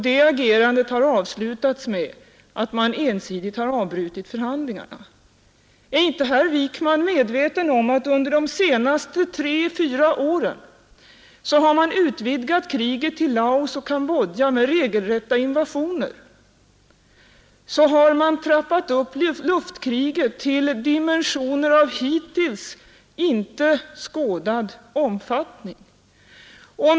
Det agerandet har avslutats med att USA ensidigt har avbrutit förhandlingarna. Är inte herr Wiikman medveten om att under de senaste tre fyra åren har man utvidgat kriget till Laos och Cambodja med regelrätta invasioner och trappat upp luftkriget till dimensioner av hittills inte skådad om fattning?